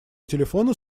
телефону